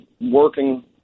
working